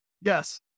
Yes